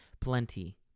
plenty